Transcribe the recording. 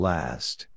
Last